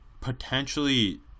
potentially